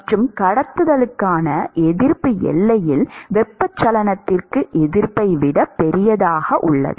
மற்றும் கடத்துக்கான எதிர்ப்பு எல்லையில் வெப்பச்சலனத்திற்கு எதிர்ப்பை விட பெரியது